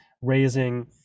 raising